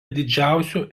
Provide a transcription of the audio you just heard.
didžiausių